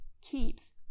keeps